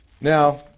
Now